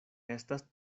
estas